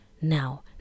now